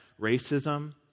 racism